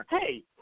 hey